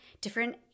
different